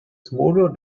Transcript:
smaller